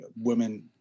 women